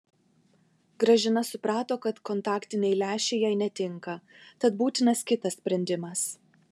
gražina suprato kad kontaktiniai lęšiai jai netinka tad būtinas kitas sprendimas